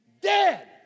dead